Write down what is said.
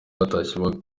batashye